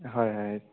হয় হয়